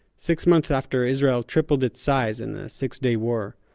six months after israel tripled its size in the six-day war,